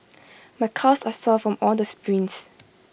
my calves are sore from all the sprints